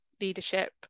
leadership